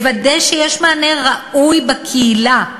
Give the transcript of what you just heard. לוודא שיש מענה ראוי בקהילה,